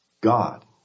God